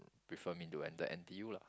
prefer me to enter N_T_U lah